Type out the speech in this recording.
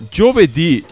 giovedì